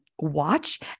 watch